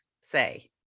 say